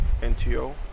NTO